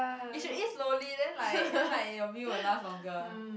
you should eat slowly then like then like your meal will last longer